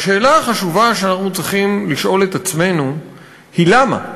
והשאלה החשובה שאנחנו צריכים לשאול את עצמנו היא למה,